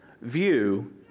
view